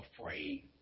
afraid